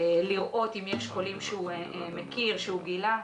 לראות אם יש חולים שהוא מכיר ושהוא גילה.